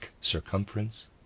circumference